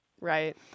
Right